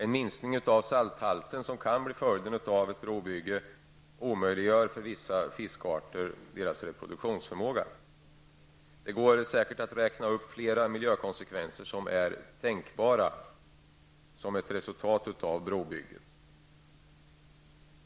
En minskning av salthalten, som kan bli följden av ett brobygge, omöjliggör reproduktion för vissa fiskarter. Det går säkert att räkna upp flera tänkbara miljökonsekvenser av brobygget.